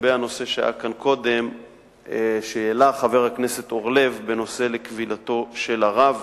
לגבי הנושא שהעלה חבר הכנסת אורלב על כבילתו של הרב.